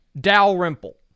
Dalrymple